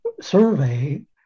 survey